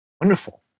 Wonderful